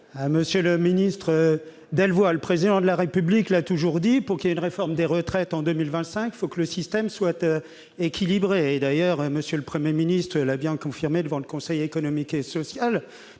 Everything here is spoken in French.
M. le ministre Delevoye. Le Président de la République l'a toujours dit : pour qu'il y ait une réforme des retraites en 2025, il faut que le système soit équilibré. D'ailleurs, M. le Premier ministre l'a confirmé devant le Conseil économique, social